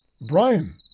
Brian